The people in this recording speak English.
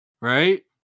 Right